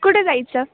कुठे जायचं